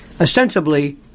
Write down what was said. ostensibly